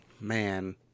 man